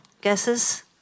guesses